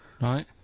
Right